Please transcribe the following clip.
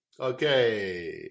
Okay